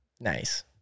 nice